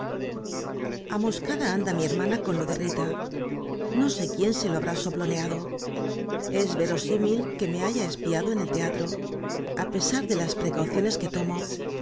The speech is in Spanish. a nda mi herma na con lo de rita no sé quién se lo ha brá soplonea do es vero símil que me ha ya espia do en el tea tro á pe sar de la s preca uciones que tomo